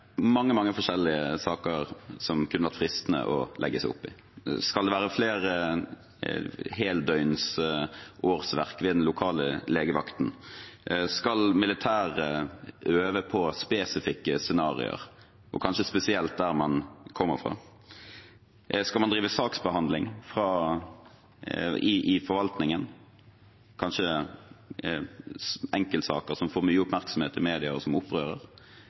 mange, mange forskjellige saker som det kunne ha vært fristende å legge seg opp i. Skal det være flere heldøgns årsverk ved den lokale legevakten? Skal militæret øve på spesifikke scenarioer, og kanskje spesielt der man kommer fra? Skal man drive saksbehandling i forvaltningen? Det er kanskje enkeltsaker som får mye oppmerksomhet i mediene, og som opprører.